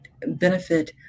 benefit